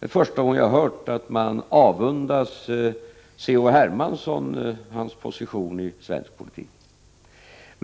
Det är första gången jag har hört att man avundas C.-H. Hermansson hans position i svensk politik.